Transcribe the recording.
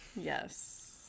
yes